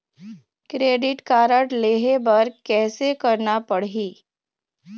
Credit card लेहे बर कैसे करना पड़ही?